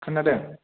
खोनादों